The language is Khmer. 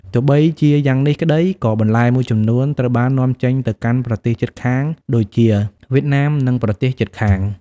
ទោះបីជាយ៉ាងនេះក្តី ក៏បន្លែមួយចំនួនត្រូវបាននាំចេញទៅកាន់ប្រទេសជិតខាងដូចជា វៀតណាម និងប្រទេសជិតខាង។